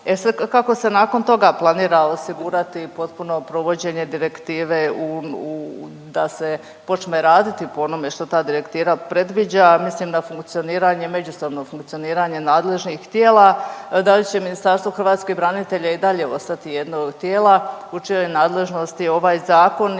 kako se nakon toga planira osigurati potpuno provođenje direktive da se počne raditi po onome što ta direktiva predviđa, a mislim na funkcioniranje, međusobno funkcioniranje nadležnih tijela? Da li će Ministarstvo hrvatskih branitelja i dalje ostati jedno od tijela u čijoj nadležnosti je ovaj zakon